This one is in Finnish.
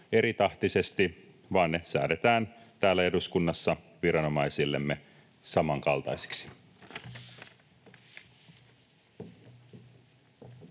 eritahtisesti vaan ne säädetään täällä eduskunnassa viranomaisillemme samankaltaisiksi.